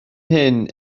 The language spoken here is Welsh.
hyn